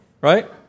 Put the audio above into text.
Right